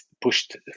pushed